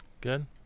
good